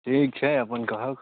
ठीक छै अपन कहक